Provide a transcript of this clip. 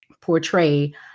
portray